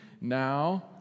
Now